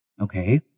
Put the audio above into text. Okay